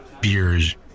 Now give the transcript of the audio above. beers